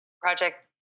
Project